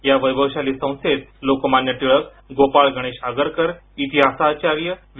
या वैभवशाली संस्थेत लोकमान्य टिळक गोपाळ गणेश आगरकर इतिहासाचार्य वि